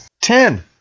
ten